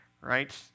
Right